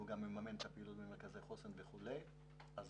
זה נשמט ממני קודם, אבל